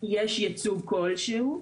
יש ייצוג כלשהו.